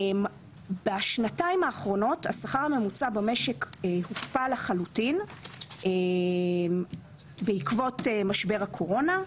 בשנתיים האחרונות השכר הממוצע במשק הוקפא לחלוטין בעקבות משבר הקורונה,